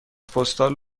پستال